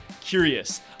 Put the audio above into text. curious